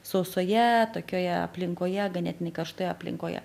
sausoje tokioje aplinkoje ganėtinai karštoje aplinkoje